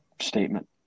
statement